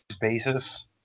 basis